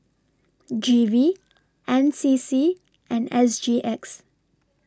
G V N C C and S G X